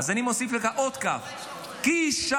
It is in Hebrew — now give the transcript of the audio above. אז אני מוסיף לך עוד כ"ף: כישלון.